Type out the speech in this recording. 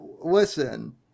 Listen